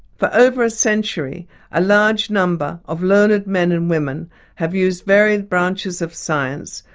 for over a century a large number of learned men and women have used varied branches of science,